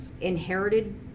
inherited